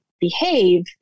behave